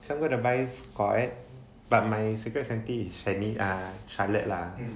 so I'm going to buy scott but my secret santee is fanny ah charlotte lah